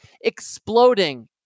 exploding